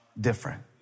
different